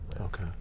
Okay